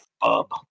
Bob